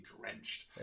drenched